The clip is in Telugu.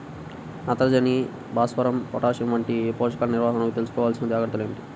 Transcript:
నత్రజని, భాస్వరం, పొటాష్ వంటి పోషకాల నిర్వహణకు తీసుకోవలసిన జాగ్రత్తలు ఏమిటీ?